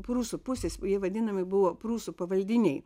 prūsų pusės vadinami buvo prūsų pavaldiniai